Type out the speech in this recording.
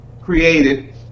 created